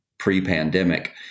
pre-pandemic